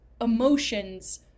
emotions